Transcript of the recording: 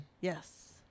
Yes